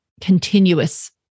continuous